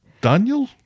Daniel